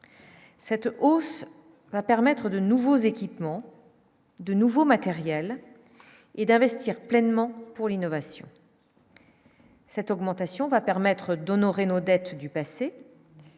cette hausse va permettre de nouveaux équipements de nouveaux matériels et d'investir pleinement pour l'innovation. Cette augmentation va permettre d'honorer nos dettes du passé.